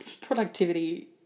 Productivity